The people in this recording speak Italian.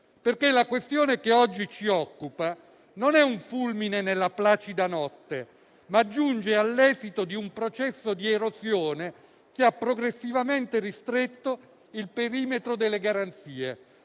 morbido. La questione che oggi ci occupa non è infatti un fulmine nella placida notte, ma giunge all'esito di un processo di erosione che ha progressivamente ristretto il perimetro delle garanzie,